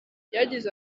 yagize